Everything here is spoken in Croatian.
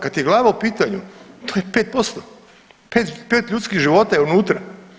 A kad je glava u pitanju to je 5%, 5 ljudskih života je unutra.